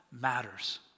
matters